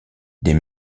des